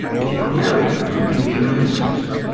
if you are married, you can be your mistress.